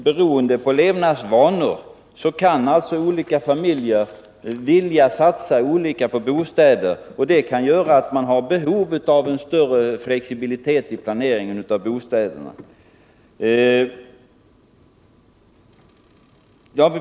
Beroende på levnadsvanor kan olika familjer vilja satsa olika på bostäder, och det kan göra att man har behov av större flexibilitet i planeringen av bostäderna.